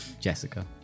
Jessica